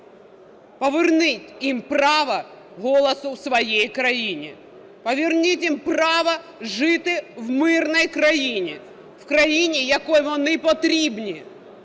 поверніть їм право голосу в своїй країні, поверніть їм право жити в мирній країні, країні, якій вони потрібні.